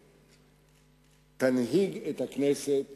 ותנהיג את הכנסת